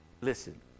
Listen